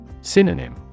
Synonym